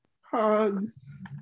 Hugs